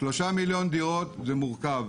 שלושה מיליון דירות זה מורכב,